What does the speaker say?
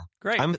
Great